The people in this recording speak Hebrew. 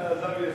הלוואי שיפריעו.